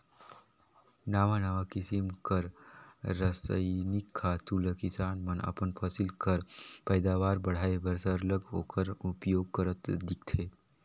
नावा नावा किसिम कर रसइनिक खातू ल किसान मन अपन फसिल कर पएदावार बढ़ाए बर सरलग ओकर उपियोग करत दिखथें